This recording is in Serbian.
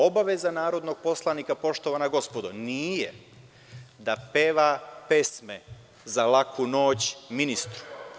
Obaveza narodnog poslanika, poštovana gospodo, nije da peva pesme za laku noć ministru.